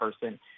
person